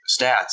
stats